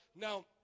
Now